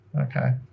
Okay